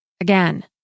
again